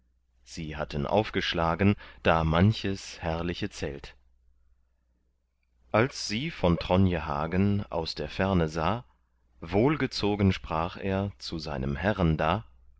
sie hatten aufgeschlagen da manches herrliche zelt als sie von tronje hagen aus der ferne sah wohlgezogen sprach er zu seinem herren da